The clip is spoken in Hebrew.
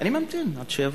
אני ממתין עד שיבוא.